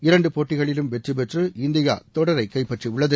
இரண்டு போட்டிகளிலும் வெற்றி பெற்று இந்தியா தொடரை கைப்பற்றியுள்ளது